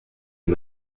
est